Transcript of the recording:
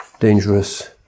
dangerous